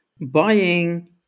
buying